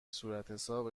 صورتحساب